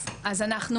אז אנחנו